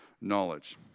knowledge